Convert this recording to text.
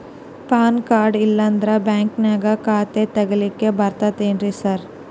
PAN card ಇಲ್ಲಂದ್ರ ಬ್ಯಾಂಕಿನ್ಯಾಗ ಖಾತೆ ತೆಗೆಲಿಕ್ಕಿ ಬರ್ತಾದೇನ್ರಿ ಸಾರ್?